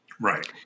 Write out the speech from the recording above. Right